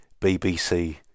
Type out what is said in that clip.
bbc